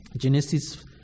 Genesis